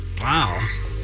Wow